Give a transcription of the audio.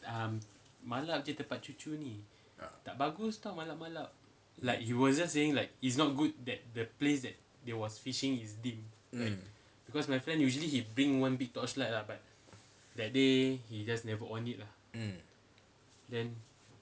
mm mm